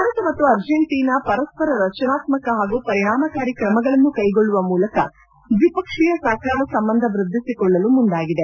ಭಾರತ ಮತ್ತು ಅರ್ಜೆಂಟೀನಾ ಪರಸ್ಪರ ರಚನಾತ್ಮಕ ಹಾಗೂ ಪರಿಣಾಮಕಾರಿ ಕ್ರಮಗಳನ್ನು ಕೈಗೊಳ್ಳುವ ಮೂಲಕ ದ್ವಿಪಕ್ಷೀಯ ಸಹಕಾರ ಸಂಬಂಧ ವೃದ್ಧಿಸಿಕೊಳ್ಳಲು ಮುಂದಾಗಿದೆ